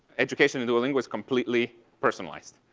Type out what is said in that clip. education in duolingo is completely personalized.